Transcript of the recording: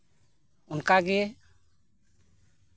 ᱚᱱᱠᱟᱜᱮ